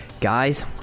guys